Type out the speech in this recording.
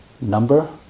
number